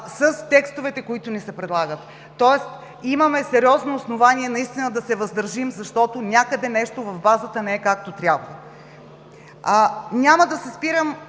с текстовете, които ни се предлагат. Тоест имаме сериозно основание наистина да се въздържим, защото някъде нещо в базата не е както трябва. Няма да се спирам